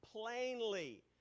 plainly